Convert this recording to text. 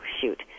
shoot